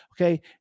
okay